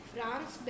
France